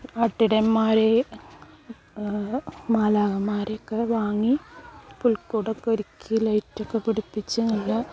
ആട്ടിടയന്മാരെയും മാലാഖമാരെയൊക്കെ വാങ്ങി പുൽക്കൂടൊക്കെ ഒരുക്കി ലൈറ്റൊക്കെ പിടിപ്പിച്ച് നല്ല